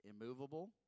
immovable